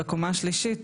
בקומה השלישית,